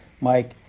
Mike